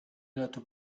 note